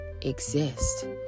exist